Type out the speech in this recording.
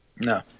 No